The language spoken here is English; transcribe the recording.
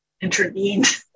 intervened